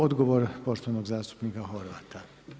Odgovor poštovanog zastupnika Horvata.